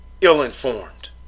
ill-informed